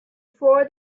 for